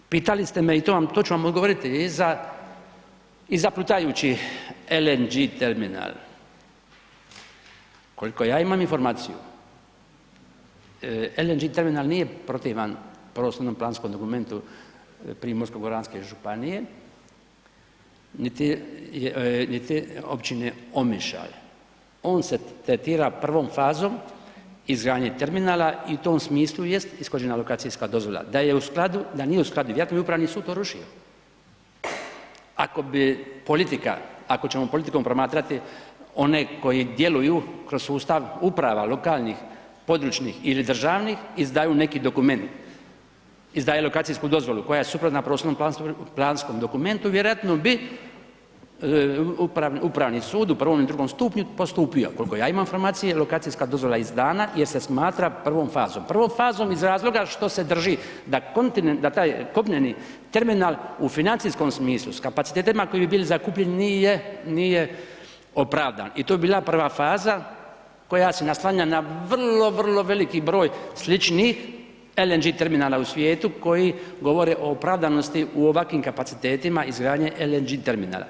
Pitali ste me i to, to ću vam odgovoriti i za, i za plutajući LNG terminal, koliko ja imam informaciju, LNG terminal nije protivan prostorno planskom dokumentu Primorsko-goranske županije, niti, niti općine Omištalj, on se tretira prvom fazom izgradnje terminala i u tom smislu jest ishođena lokacijska dozvola, da je u skladu, da nije u skladu iako je Upravni sud to rušio, ako bi politika, ako ćemo politikom promatrati one koji djeluju kroz sustav uprava lokalnih, područnih ili državnih, izdaju neki dokument, izdaju lokacijsku dozvolu koja je suprotna prostorno planskom dokumentu, vjerojatno bi Upravni sud u prvom i drugom stupnju postupio, koliko ja imam informacije lokacijska dozvola je izdana jer se smatra prvom fazom, prvom fazom iz razloga što se drži da taj kopneni terminal u financijskom smislu s kapacitetima koji bi bili zakupljeni nije, nije opravdan i to bi bila prva faza koja se naslanja na vrlo, vrlo veliki broj sličnih LNG terminala u svijetu koji govore o opravdanosti u ovakvim kapacitetima izgradnje LNG terminala.